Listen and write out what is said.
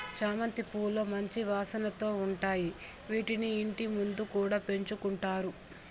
చామంతి పూలు మంచి వాసనతో ఉంటాయి, వీటిని ఇంటి ముందు కూడా పెంచుకుంటారు